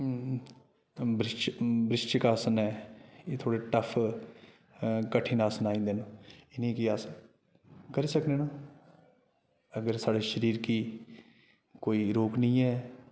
वृश्चिक आसन ऐ एह् थोह्ड़े टफ कठिन आसन आइंदे न इ'नें गी अस करी सकने न अगर साढ़े शरीर गी कोई रोग निं ऐ